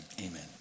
amen